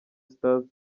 stars